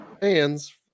fans